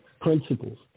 principles